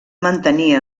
mantenir